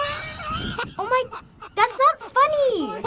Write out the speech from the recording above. oh my that's not funny.